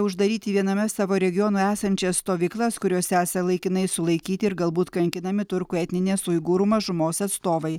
uždaryti viename savo regionų esančias stovyklas kuriose esą laikinai sulaikyti ir galbūt kankinami turkų etninės uigūrų mažumos atstovai